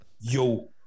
yo